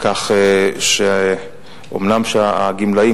כבוד השר,